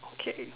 okay